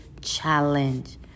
challenge